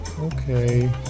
Okay